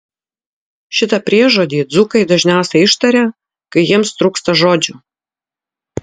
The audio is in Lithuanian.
šitą priežodį dzūkai dažniausiai ištaria kai jiems trūksta žodžių